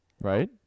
right